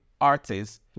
artists